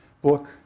book